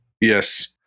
yes